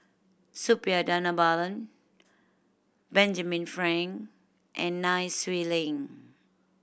Suppiah Dhanabalan Benjamin Frank and Nai Swee Leng